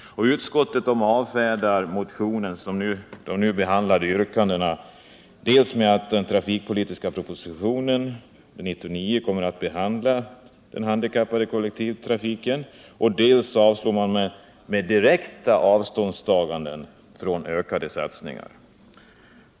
Utskottet avfärdar de nu behandlade yrkandena i motionen dels med uttalandet att man i ett särskilt betänkande med anledning av den trafikpolitiska propositionen 99 kommer att behandla den handikappanpassade kollektivtrafiken, dels med direkta avståndstaganden från ökade satsningar.